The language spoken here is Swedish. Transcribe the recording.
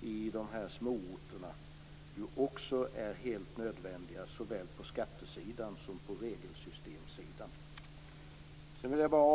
i småorterna - ju också är helt nödvändiga såväl på skattesidan som på regelsystemsidan.